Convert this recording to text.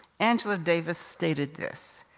angela davis stated this,